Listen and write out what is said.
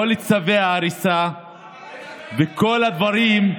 כל צווי ההריסה וכל הדברים,